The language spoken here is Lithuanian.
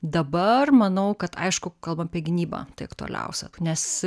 dabar manau kad aišku kalbam apie gynybą tai aktualiausia nes